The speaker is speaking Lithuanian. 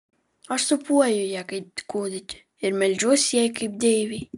aš sūpuoju ją kaip kūdikį ir meldžiuosi jai kaip deivei